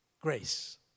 grace